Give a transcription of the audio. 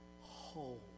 whole